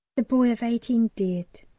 the boy of eighteen dead,